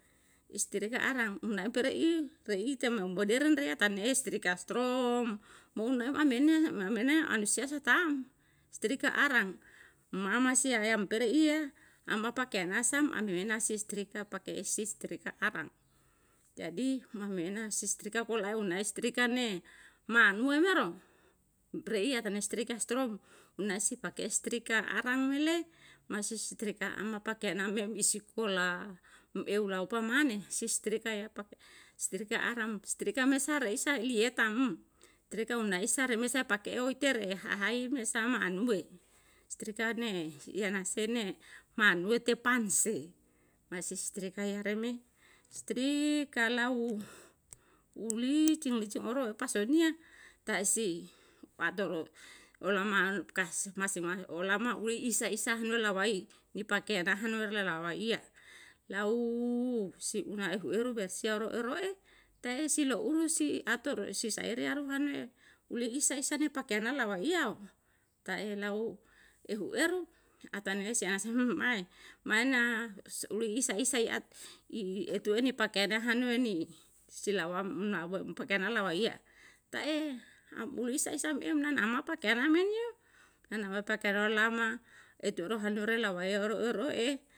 Istirika arang unae umpereiu, pereiu tau moderen reya tanei istrika strom, mo ne'ma amyen yo ma mene anusaisa tam, istrika arang mamsiya yampereiye ama pakeyanasam amemena si istrika pake'e si istrika arang. Jadi mame ena si istrika pulae unae istrika ne, manue me ro, reiya tanei istrika strom, unaesi pake istrika arang me le, masih istrika ama pakeyanamem isikola, im eu laopa mane si strika ya pake strika arang, stirika me sa reisa iliyetam strika unaisa remesa pake oi tereya hahai me sama anuwe. Strika ni siyana se nemanue te panse, mae si strika yare me stika lau ulicing licing oroe, pasoniya taesi padol, olama kas masi masi olama uwei isa isa hunuwe lawa'i, ni pake ana hanuwer lalaqaaiya. Lau si una ehu eru bersiyoroe roe tai si loulu si, ator si saere yaru mane, ue isa isa ni pake na lawaiyao, kae lau ehueru atane'e se asa hene mae, mae na su'ulo isa isai at, i etuhen pakeyane nahanue ni si lawam nauwe impake na kawaiya, ta'e elu isa isa me em nanna amata anan men yo, anamata keluar lama, etuwero handore lawaiya ero'e roe